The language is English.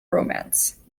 romance